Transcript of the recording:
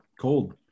Cold